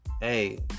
hey